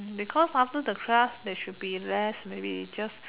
because after the class they should be less maybe just